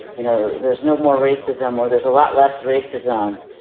you know, there's no more racism or there's a lot less racism.